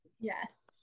Yes